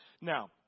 Now